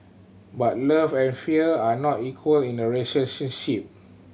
but love and fear are not equal in a